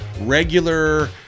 regular